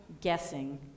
guessing